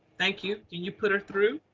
thank you. can you put her through?